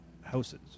houses